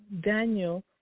Daniel